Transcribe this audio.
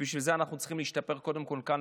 ובשביל זה אנחנו צריכים להשתפר קודם כול כאן,